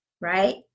right